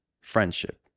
friendship